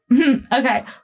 Okay